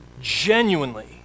genuinely